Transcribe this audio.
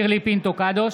קדוש,